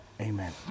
Amen